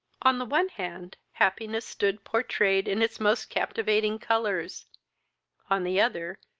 on the one hand, happiness stood pourtrayed in its most captivating colours on the other,